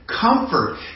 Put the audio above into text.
comfort